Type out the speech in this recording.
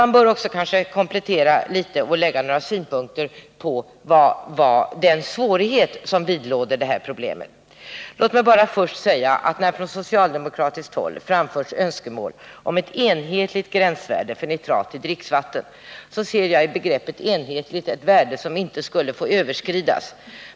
Några synpunkter bör anföras på den svårighet som vidlåder problemet. När det från socialdemokratiskt håll framförs önskemål om ett enhetligt gränsvärde för nitrat i dricksvatten, ser jag i begreppet ”enhetlig” ett värde som inte skulle få överskridas.